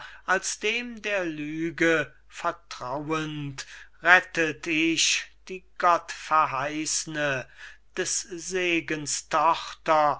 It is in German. als dem der lüge vertrauend rettet ich die gott verheißne des segens tochter